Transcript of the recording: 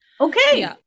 okay